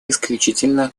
исключительно